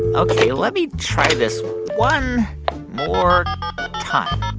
ok. let me try this one more time